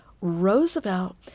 Roosevelt